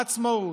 עצמאות.